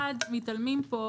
מתעלמים פה